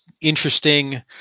interesting